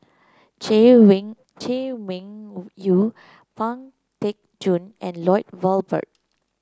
Chay Weng Chay Weng Woo Yew Pang Teck Joon and Lloyd Valberg